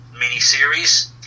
miniseries